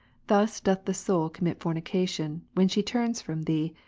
thus doth the soul commit fornication, when she turns from thee,